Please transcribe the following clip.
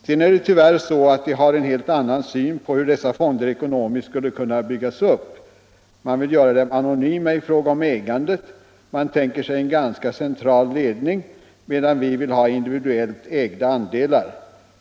Sen är det tyvärr så att de har en helt annan syn på hur dessa fonder ekonomiskt skulle byggas upp. Man vill göra dem anonyma i fråga om ägandet, man tänker sig en ganska central ledning, medan vi vill ha individuellt ägda andelar.